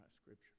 scripture